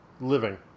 living